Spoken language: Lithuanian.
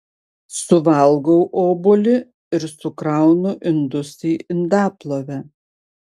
suvalgau obuolį ir sukraunu indus į indaplovę